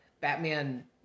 Batman